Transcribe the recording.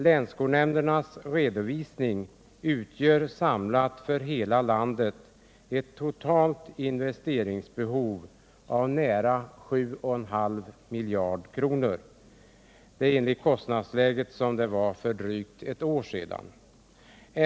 Länsskolnämndernas redovisning anger samlat för hela landet ett totalt investeringsbehov av nära 7,5 miljarder kronor enligt kostnadsläget för drygt ett år sedan.